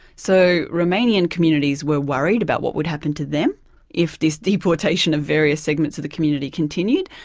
so romanian communities were worried about what would happen to them if this deportation of various segments of the community continued.